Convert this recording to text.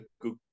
good